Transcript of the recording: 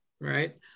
right